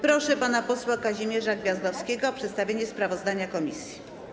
Proszę pana posła Kazimierza Gwiazdowskiego o przedstawienie sprawozdania komisji.